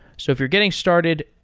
so if you're getting started,